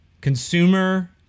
Consumer